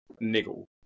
niggle